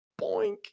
Boink